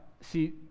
See